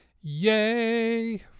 Yay